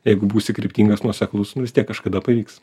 jeigu būsi kryptingas nuoseklus nu vis tiek kažkada pavyks